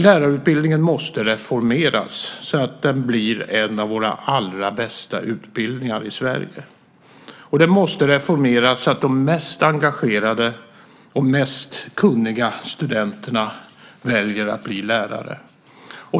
Lärarutbildningen måste reformeras så att den blir en av Sveriges allra bästa utbildningar. Den måste reformeras så att de mest engagerade och mest kunniga studenterna väljer att bli lärare.